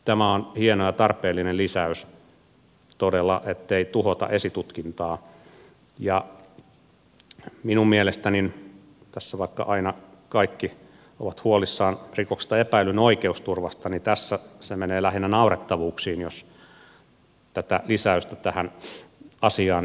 tämä on hieno ja tarpeellinen lisäys todella ettei tuhota esitutkintaa ja minun mielestäni tässä vaikka aina kaikki ovat huolissaan rikoksesta epäillyn oikeusturvasta se menee lähinnä naurettavuuksiin jos tätä lisäystä tähän asiaan ei olisi saanut